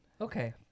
Okay